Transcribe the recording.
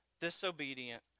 disobedient